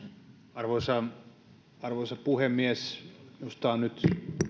arvoisa arvoisa puhemies minusta on nyt